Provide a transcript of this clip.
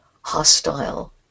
hostile